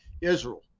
Israel